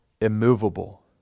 immovable